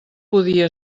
podia